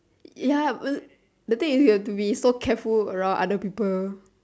ya the thing is you have to be so careful around other people